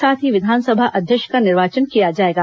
साथ ही विधानसभा अध्यक्ष का निर्वाचन किया जाएगा